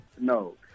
No